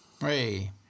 Hey